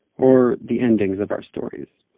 or the endings of our stories.